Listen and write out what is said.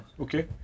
Okay